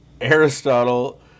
Aristotle